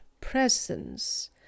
presence